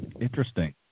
Interesting